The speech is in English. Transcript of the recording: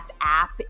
app